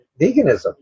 veganism